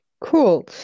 cool